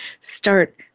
start